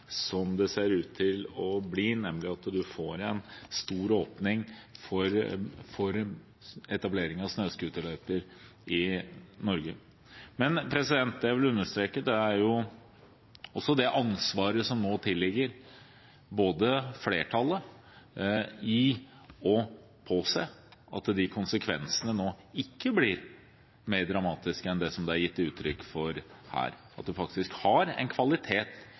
som ser ut til å bli resultatet, nemlig at man får en stor åpning for etablering av snøscooterløyper i Norge. Men jeg vil understreke også det ansvaret som nå tilligger flertallet i å påse at konsekvensene ikke blir mer dramatiske enn det som det er gitt uttrykk for her, at man faktisk har en kvalitet